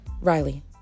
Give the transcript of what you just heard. Riley